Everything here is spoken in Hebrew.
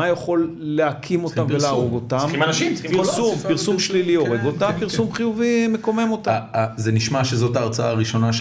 מה יכול להקים אותם ולהרוג אותם? צריכים אנשים, צריכים קולות. פרסום שלילי הורג אותם, פרסום חיובי מקומם אותם. זה נשמע שזאת ההרצאה הראשונה